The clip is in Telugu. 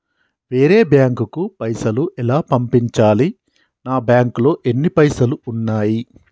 వేరే బ్యాంకుకు పైసలు ఎలా పంపించాలి? నా బ్యాంకులో ఎన్ని పైసలు ఉన్నాయి?